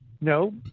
No